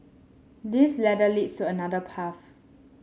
this ladder leads to another path